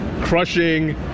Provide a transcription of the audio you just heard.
crushing